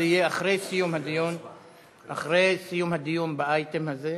זה יהיה אחרי סיום הדיון באייטם הזה,